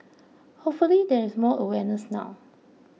hopefully there is more awareness now